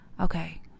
Okay